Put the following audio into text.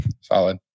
solid